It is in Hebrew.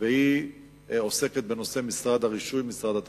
והיא עוסקת בנושא משרד הרישוי, משרד התחבורה.